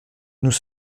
nous